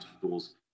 tools